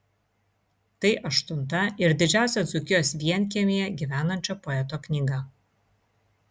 tai aštunta ir didžiausia dzūkijos vienkiemyje gyvenančio poeto knyga